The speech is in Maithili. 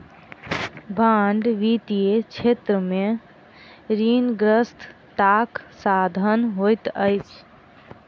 बांड वित्तीय क्षेत्र में ऋणग्रस्तताक साधन होइत अछि